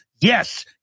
Yes